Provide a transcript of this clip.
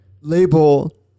label